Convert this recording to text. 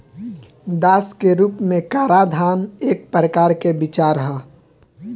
दास के रूप में कराधान एक प्रकार के विचार ह